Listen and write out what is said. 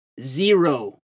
Zero